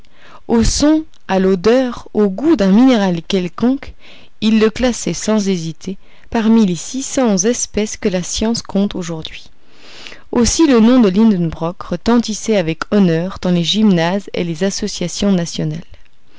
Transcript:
au son à l'odeur au goût d'un minéral quelconque il le classait sans hésiter parmi les six cents espèces que la science compte aujourd'hui aussi le nom de lidenbrock retentissait avec honneur dans les gymnases et les associations nationales